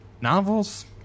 novels